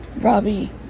Robbie